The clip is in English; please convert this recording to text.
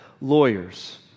Lawyers